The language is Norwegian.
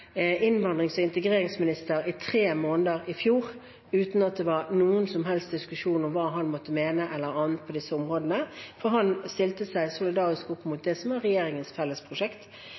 helst diskusjon om hva han måtte mene på disse områdene, for han stilte solidarisk opp for det som var regjeringens felles prosjekt.